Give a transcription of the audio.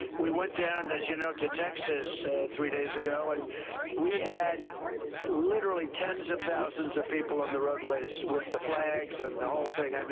we went down, as you know, to texas three days ago, and we had literally tens of thousands of people on the roadways with the flags and the whole thing. um